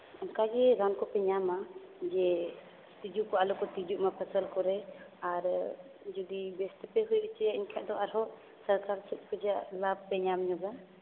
ᱚᱱᱠᱟ ᱜᱮ ᱨᱟᱱ ᱠᱚᱯᱮ ᱧᱟᱢᱟ ᱡᱮ ᱛᱤᱡᱩ ᱠᱚ ᱟᱞᱚ ᱠᱚ ᱛᱤᱡᱩᱜᱼᱢᱟ ᱯᱷᱚᱥᱚᱞ ᱠᱚᱨᱮ ᱟᱨ ᱡᱩᱫᱤ ᱵᱮᱥ ᱛᱮᱯᱮ ᱦᱩᱭ ᱦᱚᱪᱚᱭᱟ ᱮᱱᱠᱷᱟᱡ ᱫᱚ ᱟᱨᱦᱚᱸ ᱥᱚᱨᱠᱟᱨ ᱥᱮᱫ ᱠᱷᱚᱱᱟᱜ ᱞᱟᱵᱽ ᱯᱮ ᱧᱟᱢ ᱧᱚᱜᱟ